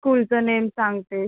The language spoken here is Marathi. स्कूलचं नेम सांगते